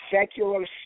secular